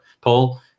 Paul